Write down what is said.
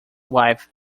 wife